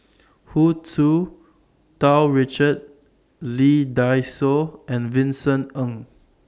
Hu Tsu Tau Richard Lee Dai Soh and Vincent Ng